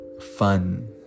fun